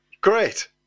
Great